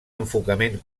enfocament